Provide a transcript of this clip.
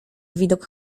widok